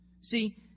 See